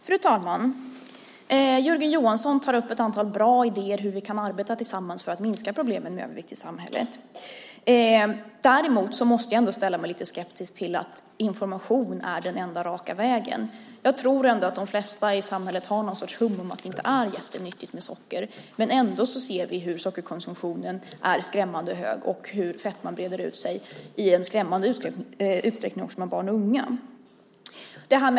Fru talman! Jörgen Johansson tar upp ett antal bra idéer om hur vi tillsammans kan arbeta för att minska problemen med övervikt i samhället. Däremot ställer jag mig skeptisk till att information är den enda vägen. Jag tror att de flesta i samhället har åtminstone lite hum om att socker inte är jättenyttigt. Ändå ser vi att sockerkonsumtionen är skrämmande hög och att fetman breder ut sig även bland barn och unga.